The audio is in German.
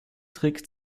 trick